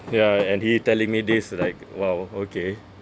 ya and he telling me this like !wow! okay